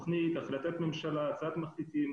כי גם בתקופה הקרובה צריכה להיות עלייה גדולה.